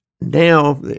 now